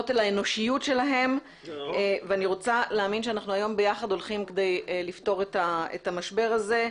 ואני רוצה להאמין שהיום ביחד הולכים לפתור את המשבר הזה.